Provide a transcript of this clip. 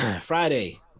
Friday